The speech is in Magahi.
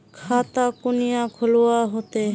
खाता कुनियाँ खोलवा होते?